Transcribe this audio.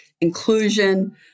inclusion